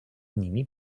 nimi